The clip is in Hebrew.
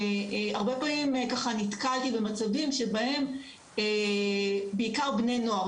הרבה פעמים נתקלתי במצבים שבהם בעיקר בני נוער,